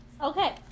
Okay